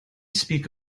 speak